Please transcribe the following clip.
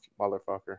motherfucker